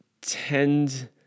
tend